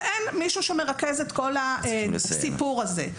כשאין מישהו שמרכז את כל הסיפור הזה.